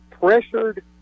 pressured